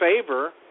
favor